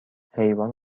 حیوان